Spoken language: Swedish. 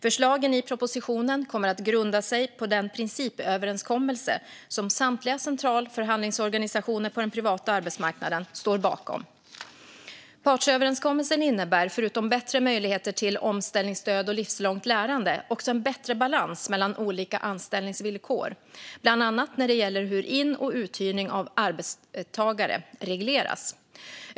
Förslagen i propositionen kommer att grunda sig på den principöverenskommelse som samtliga centrala förhandlingsorganisationer på den privata arbetsmarknaden står bakom. Partsöverenskommelsen innebär förutom bättre möjligheter till omställningsstöd och livslångt lärande också en bättre balans mellan olika anställningsvillkor, bland annat när det gäller hur in och uthyrning av arbetstagare regleras.